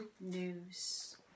news